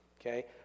okay